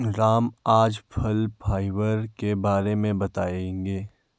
राम आज फल फाइबर के बारे में बताएँगे